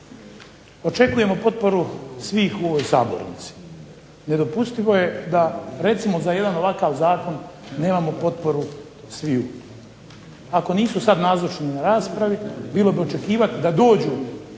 očekujemo potporu svih u ovoj sabornici. Nedopustivo je da recimo za jedan ovakav zakon nemamo potporu sviju. Ako nisu sad nazočni na raspravi bilo bi očekivati da dođu